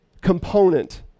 component